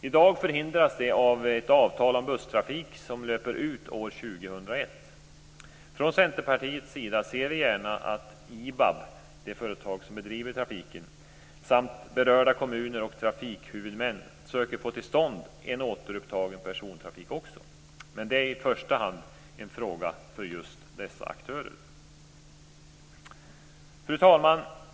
I dag förhindras detta av ett avtal om busstrafik, som löper ut år 2001. Centerpartiet ser gärna att IBAB, det företag som bedriver trafiken, samt berörda kommuner och trafikhuvudmän också söker få till stånd en återupptagen persontrafik. Detta är i första hand en fråga för just dessa aktörer. Fru talman!